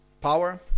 Power